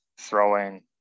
throwing